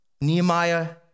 Nehemiah